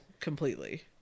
completely